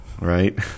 right